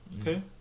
Okay